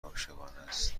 عاشقانست